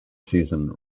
season